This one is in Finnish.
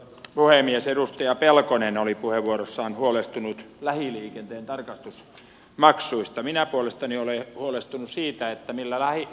puhemies edustaja pelkonen oli puheenvuorossaan huolestunut lähiliikenteen tarkastus maksuista minä puolestani olen huolestunut siitä että meillä laji